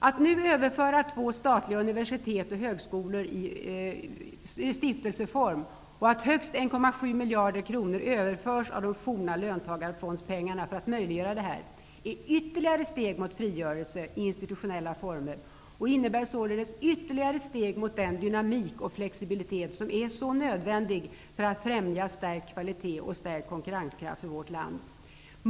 Att nu överföra två statliga universitet och högskolor i stiftelseform och att högst 1,7 miljarder kronor överförs av de forna löntagarfondspengarna för att möjliggöra detta, är ytterligare ett steg mot frigörelse i institutionella former och innebär således ytterligare steg mot den dynamik och flexibilitet som är så nödvändig för att främja stärkt kvalitet och stärkt konkurrenskraft för vårt land.